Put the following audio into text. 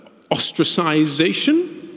ostracization